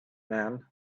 man